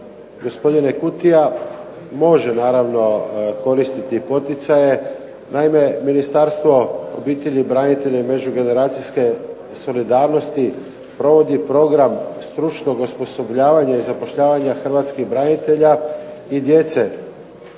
Gospodine Kutija, može naravno koristiti poticaje. Naime, Ministarstvo obitelji, branitelja i međugeneracijske solidarnosti provodi program stručnog osposobljavanja i zapošljavanja hrvatskih branitelja i djeca